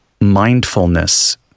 mindfulness